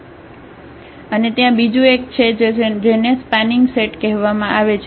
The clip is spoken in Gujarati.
અને ત્યાં બીજું એક છે જેને સ્પાનિંગ સેટ કહેવામાં આવે છે